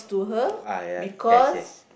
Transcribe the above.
oh ah ya yes yes